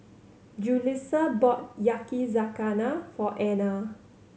Julissa bought Yakizakana for Ana